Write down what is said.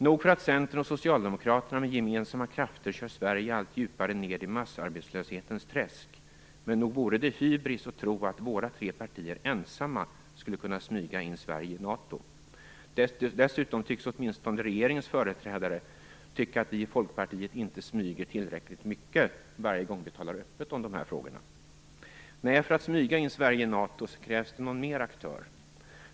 Nog för att Centern och Socialdemokraterna med gemensamma krafter kör Sverige allt djupare ned i massarbetslöshetens träsk, men nog vore det hybris att tro att våra tre partier ensamma skulle kunna smyga in Sverige i NATO. Dessutom tycks åtminstone regeringens företrädare tycka att vi i Folkpartiet inte smyger tillräckligt mycket varje gång vi talar öppet om dessa frågor. Nej, för att smyga in Sverige i NATO krävs det någon mer aktör.